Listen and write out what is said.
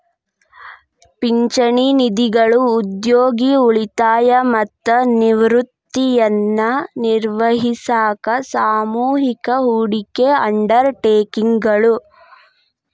ಪಿಂಚಣಿ ನಿಧಿಗಳು ಉದ್ಯೋಗಿ ಉಳಿತಾಯ ಮತ್ತ ನಿವೃತ್ತಿಯನ್ನ ನಿರ್ವಹಿಸಾಕ ಸಾಮೂಹಿಕ ಹೂಡಿಕೆ ಅಂಡರ್ ಟೇಕಿಂಗ್ ಗಳು